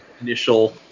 initial